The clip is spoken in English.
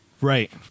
right